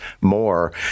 more